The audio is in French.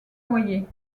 noyé